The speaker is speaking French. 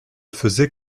faisait